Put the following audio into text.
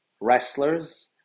wrestlers